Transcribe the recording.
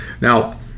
Now